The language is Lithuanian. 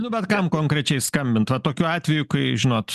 nu bet kam konkrečiai skambint vat tokiu atveju kai žinot